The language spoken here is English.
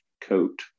coat